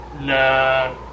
Nah